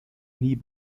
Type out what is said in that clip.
nie